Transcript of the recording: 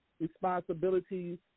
responsibilities